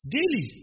Daily